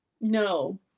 no